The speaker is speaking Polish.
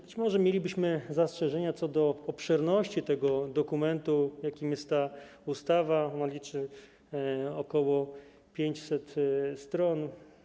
Być może mielibyśmy zastrzeżenia co do obszerności dokumentu, jakim jest ta ustawa, bo liczy on ok. 500 stron.